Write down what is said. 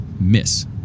miss